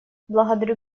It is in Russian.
благодарю